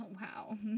wow